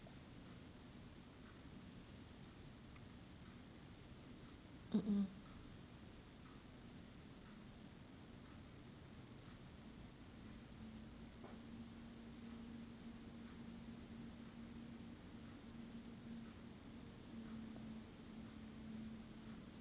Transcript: mm mm